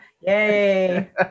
Yay